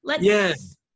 Yes